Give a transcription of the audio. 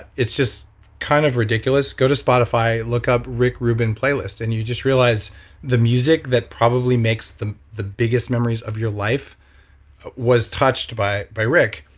it's just kind of ridiculous. go to spotify, look up rick rubin playlist and you just realize the music that probably makes the the biggest memories of your life was touched by by rick,